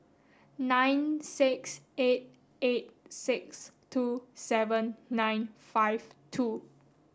nine six eight eight six two seven nine five two